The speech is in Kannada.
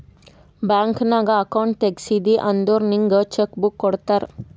ಬ್ಯಾಂಕ್ ನಾಗ್ ಅಕೌಂಟ್ ತೆಗ್ಸಿದಿ ಅಂದುರ್ ನಿಂಗ್ ಚೆಕ್ ಬುಕ್ ಕೊಡ್ತಾರ್